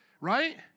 Right